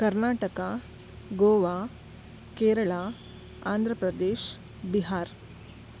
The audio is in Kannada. ಕರ್ನಾಟಕ ಗೋವಾ ಕೇರಳ ಆಂಧ್ರ ಪ್ರದೇಶ್ ಬಿಹಾರ್